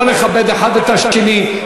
בוא נכבד האחד את השני,